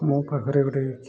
ମୋ ପାଖରେ ଗୋଟେ